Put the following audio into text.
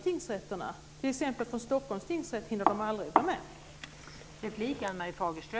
Från t.ex. Stockholms tingsrätt hinner man aldrig vara med.